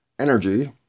energy